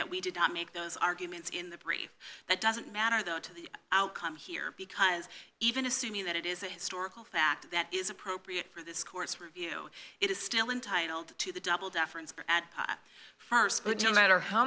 that we did not make those arguments in the brief that doesn't matter though to the outcome here because even assuming that it is a historical fact that is appropriate for this court's review it is still entitled to the double deference at st but don't matter how